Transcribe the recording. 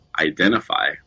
identify